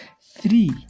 Three